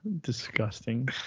Disgusting